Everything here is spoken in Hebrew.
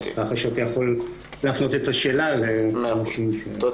ככה שאתה יכול להפנות את השאלה לאנשים שכן